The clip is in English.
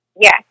Yes